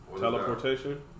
Teleportation